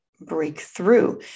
breakthrough